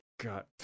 God